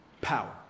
Power